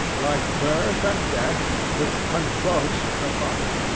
like birth and death, which convulse the body.